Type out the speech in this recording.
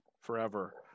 forever